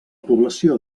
població